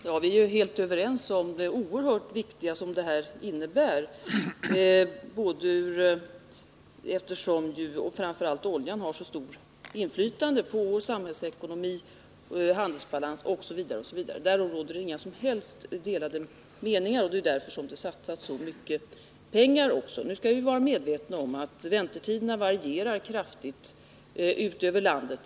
Herr talman! Vi är helt överens om det oerhört viktiga som dessa energisparlån innebär, framför allt eftersom oljan har så stort inflytande på vår samhällsekonomi, handelsbalans osv. Därom råder det inga som helst delade meningar, och det är därför det satsas så mycket pengar. Vi skall vara medvetna om att väntetiderna varierar kraftigt över landet.